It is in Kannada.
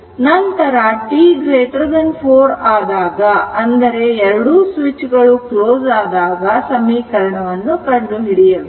ನಂತರ t4 ಆದಾಗ ಅಂದರೆ 2 ಸ್ವಿಚ್ ಗಳು ಕ್ಲೋಸ್ ಆದಾಗ ಸಮೀಕರಣವನ್ನು ಕಂಡುಹಿಡಿಯಬೇಕು